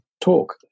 talk